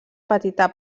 petita